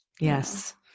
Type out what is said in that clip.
Yes